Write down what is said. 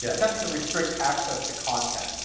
yeah attempting to restrict access to content.